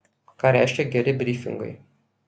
ką reiškia geri brifingai